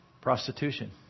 Prostitution